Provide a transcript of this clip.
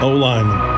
O-lineman